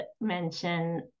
mention